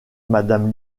madame